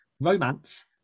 romance